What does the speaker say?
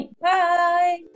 Bye